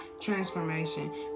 transformation